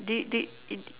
d~ you d~ you d~